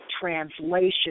translation